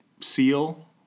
seal